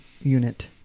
unit